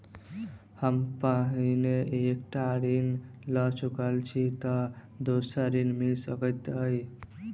हम पहिने एक टा ऋण लअ चुकल छी तऽ दोसर ऋण मिल सकैत अई?